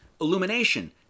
illumination